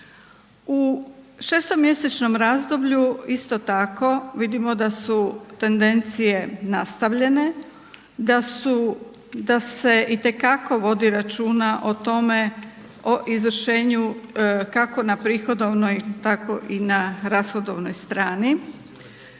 U šestomjesečnom razdoblju isto tako vidimo da su tendencije nastavljene, da su, da se itekako vodi računa o tome o izvršenju, kako na prihodovnoj tako i na rashodovnoj strani,